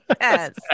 yes